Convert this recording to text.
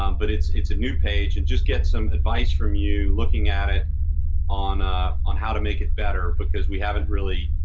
um but it's it's a new page and just get some advice from you looking at it on ah on how to make it better, better, because we haven't really.